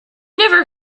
never